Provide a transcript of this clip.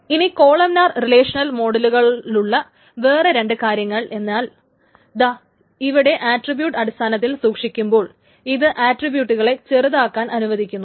ഇനി columnar relational മോഡലുകളിലുള്ള വേറെ രണ്ടു കാര്യങ്ങൾ എന്നാൽ ദാ ഇവിടെ ആട്രിബ്യൂട്ട് അടിസ്ഥാനത്തിൽ സൂക്ഷിക്കുമ്പോൾ ഇത് ആട്രിബ്യൂട്ടുകളെ ചെറുതാക്കാൻ അനുവദിക്കുന്നു